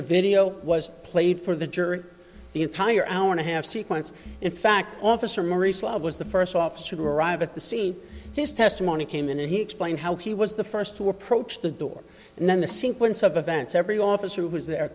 taser video was played for the jury the entire hour and a half sequence in fact officer maurice lab was the first officer who arrived at the scene his testimony came in and he explained how he was the first to approach the door and then the sequence of events every officer who was the